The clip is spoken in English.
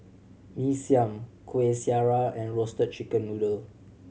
Mee Siam Kuih Syara and Roasted Chicken Noodle